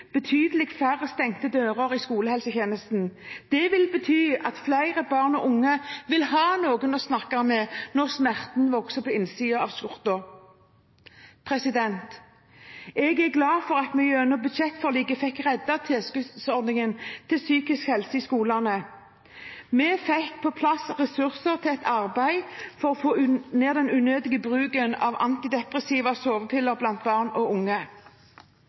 betydelig færre stengte dører i skolehelsetjenesten. Det vil bety at flere barn og unge vil ha noen å snakke med når smerten vokser på innsiden av skjorten. Jeg er glad for at vi gjennom budsjettforliket fikk reddet tilskuddsordningen til psykisk helse i skolene. Vi fikk på plass ressurser til et arbeid for å få ned den unødige bruken av antidepressiva og sovepiller blant barn og unge.